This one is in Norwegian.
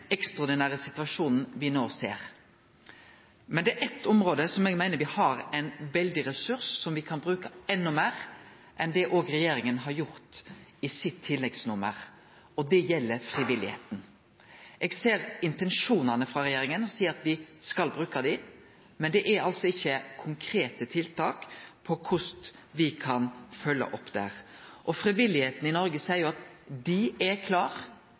situasjonen me no ser. Men det er eitt område der eg meiner me har ein veldig ressurs som me kan bruke enda meir enn det regjeringa har gjort i tilleggsnummeret sitt. Det gjeld frivilligheita. Eg ser intensjonane hos regjeringa, at me skal bruke dei, men det er ikkje konkrete tiltak for korleis me kan følgje opp dette. Frivilligheita i Noreg seier at dei er